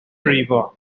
brifo